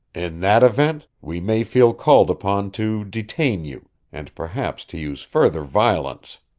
in that event, we may feel called upon to detain you and perhaps to use further violence.